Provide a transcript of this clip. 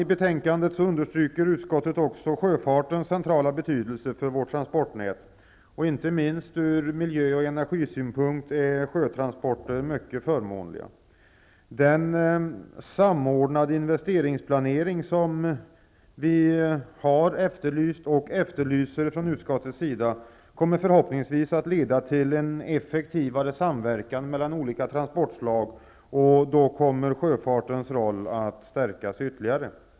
I betänkandet understryker utskottet också sjöfartens centrala betydelse för vårt transportnät. Inte minst ur miljö och energisynpunkt är sjötransporter mycket förmånliga. Den samordnade investeringsplanering som vi efterlyst och efterlyser från utskottets sida kommer förhoppningsvis att leda till en effektivare samverkan mellan olika transportslag. Då kommer sjöfartens roll att stärkas ytterligare.